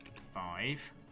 five